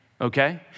okay